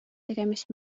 tegemist